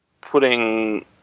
putting